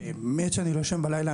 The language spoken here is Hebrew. באמת שאני לא ישן בלילה,